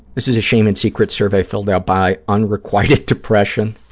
this is a shame and secrets survey filled out by unrequited depression.